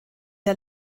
der